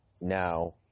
now